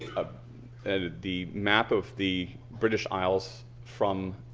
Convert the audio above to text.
ah and the map of the british isles from